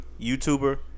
YouTuber